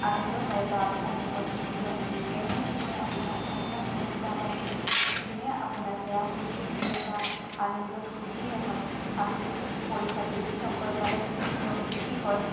আনন্দ হয় বা আপোনাৰ দুখত দুখী হয় তেওঁৱে হৈছে আপোনাৰ আচল বন্ধু বা বান্ধৱী যোনে আপোনাক বেয়া বুদ্ধি দিয়ে বা আনন্দত সুখী নহয় আপুনি পৰীক্ষাত বেছি নম্বৰ পালে তেওঁ দুখী হয়